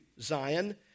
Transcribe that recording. Zion